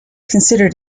considered